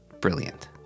Brilliant